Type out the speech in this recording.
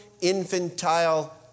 infantile